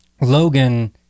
Logan